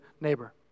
neighbor